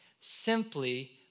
simply